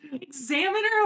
Examiner